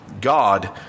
God